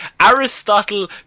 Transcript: Aristotle